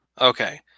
Okay